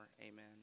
Amen